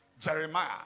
Jeremiah